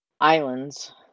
islands